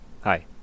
hi